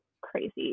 crazy